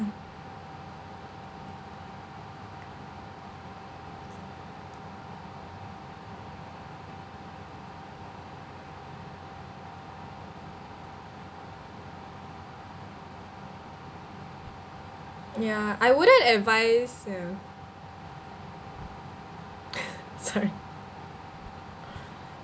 ya I wouldn't advise ya sorry